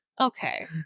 okay